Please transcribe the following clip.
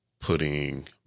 putting